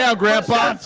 yeah grandpa.